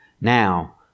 Now